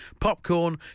popcorn